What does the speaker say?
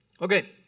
Okay